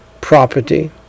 property